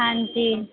ਹਾਂਜੀ